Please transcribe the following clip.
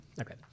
Okay